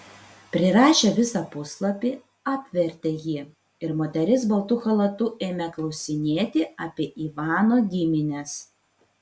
prirašę visą puslapį apvertė jį ir moteris baltu chalatu ėmė klausinėti apie ivano gimines